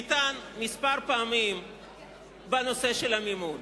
נטען כמה פעמים בנושא המימון.